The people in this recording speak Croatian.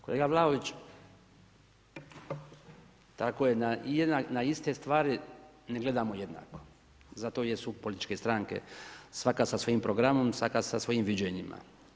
Kolega Vlaović, tako je, na iste stvari ne gledamo jednako zato jer su političke stranke svaka sa svojim programom, svaka sa svojim viđenjima.